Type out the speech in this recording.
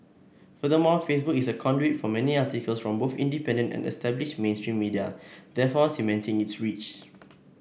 furthermore Facebook is a conduit for many articles from both independent and established mainstream media therefore cementing its reach